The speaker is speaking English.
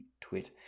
Twit